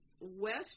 west